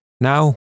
now